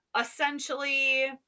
essentially